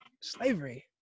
slavery